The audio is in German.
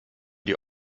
die